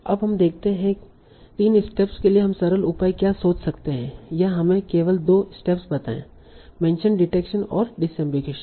अब हम देखते हैं तीन स्टेप्स के लिए हम सरल उपाय क्या सोच सकते हैं या हमें केवल दो स्टेप्स बताएं मेंशन डिटेक्शन और डिसअम्बिगुईशन